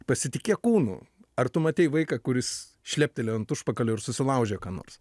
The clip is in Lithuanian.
pasitikėk kūnu ar tu matei vaiką kuris šlepteli ant užpakalio ir susilaužia ką nors